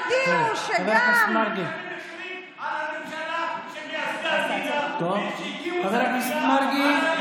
על הממשלה, חבר הכנסת מרגי.